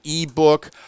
ebook